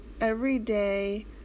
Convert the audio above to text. everyday